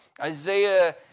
Isaiah